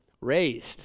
Raised